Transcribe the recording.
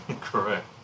Correct